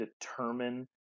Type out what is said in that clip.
determine